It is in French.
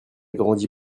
grandi